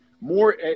more